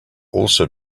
also